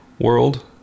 world